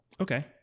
Okay